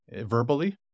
verbally